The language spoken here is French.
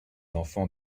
enfants